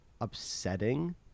upsetting